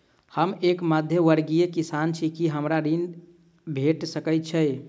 हम एक मध्यमवर्गीय किसान छी, की हमरा कृषि ऋण भेट सकय छई?